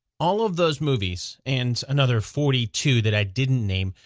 all of those movies, and another forty two that i didn't name,